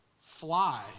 fly